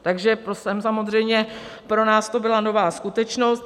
Takže samozřejmě pro nás to byla nová skutečnost.